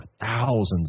thousands